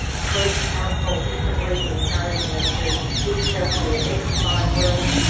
treat alcohol differently in encouraging them to eat healthily and exercise well.